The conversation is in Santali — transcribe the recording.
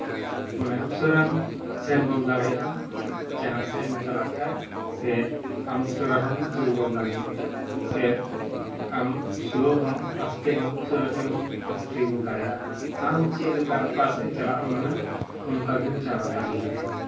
ᱢᱟᱱᱮ ᱩᱥᱟᱹᱨᱟᱢ ᱥᱮᱱ ᱜᱚᱫ ᱫᱟᱲᱮᱭᱟᱜᱼᱟ ᱡᱟᱦᱟᱸ ᱥᱮᱜ ᱮᱢ ᱪᱟᱞᱟᱜ ᱠᱷᱟᱡ ᱥᱮ ᱟᱢ ᱩᱥᱟᱹᱨᱟ ᱦᱚᱸᱢ ᱟᱹᱪᱩᱨ ᱜᱚᱫ ᱫᱟᱲᱮᱭᱟᱜᱼᱟ ᱥᱮ ᱟᱢ ᱥᱞᱳ ᱦᱚᱸ ᱟᱥᱛᱮ ᱦᱚᱸ ᱩᱥᱟᱹᱨᱟ ᱛᱮᱢ ᱟᱥᱛᱮ ᱜᱚᱫ ᱫᱟᱲᱮᱭᱟᱜᱼᱟ ᱟᱢ ᱪᱮᱫ ᱞᱮᱠᱟ ᱚᱠᱟ ᱥᱮᱫ ᱪᱟᱞᱟᱜ ᱮᱢ ᱢᱮᱱᱟ ᱚᱠᱟ ᱜᱮᱢ ᱪᱟᱞᱟᱣ ᱫᱟᱲᱮᱭᱟᱜᱼᱟ